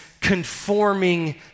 conforming